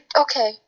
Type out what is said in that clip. okay